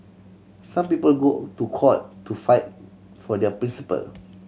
some people go to court to fight for their principle